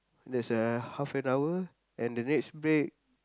there's a half an hour and the next break